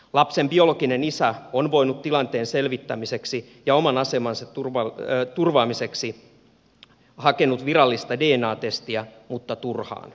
lapsen biologinen isä on tilanteen selvittämiseksi ja oman asemansa turvaamiseksi hakenut virallista dna testiä mutta turhaan